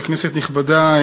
כנסת נכבדה,